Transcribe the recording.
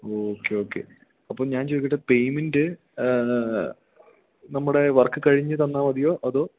okay okay അപ്പം ഞാൻ ചോദിക്കട്ടെ പേയ്മെൻറ്റ് നമ്മുടെ വർക്ക് കഴിഞ്ഞ് തന്നാൽ മതിയോ അതോ